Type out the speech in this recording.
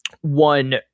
one